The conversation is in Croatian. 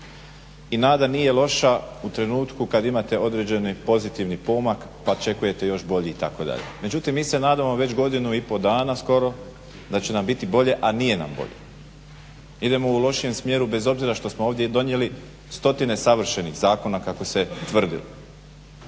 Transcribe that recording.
i nada nije loša u trenutku kada imate određeni pozitivni pomak pa očekujete još bolji itd. Međutim mi se nadamo već godinu i pol dana skoro da će nam biti bolje a nije nam bolje. Idemo u lošijem smjeru bez obzira što smo ovdje donijeli stotine savršenih zakona kako se tvrdi.